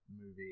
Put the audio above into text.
movie